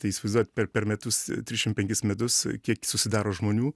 tai įsivaizduojat per per metus trišim penkis metus kiek susidaro žmonių